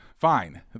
Fine